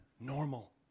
normal